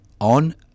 on